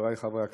חברי חברי הכנסת,